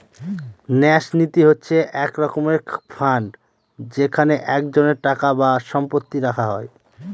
ন্যাস নীতি হচ্ছে এক রকমের ফান্ড যেখানে একজনের টাকা বা সম্পত্তি রাখা হয়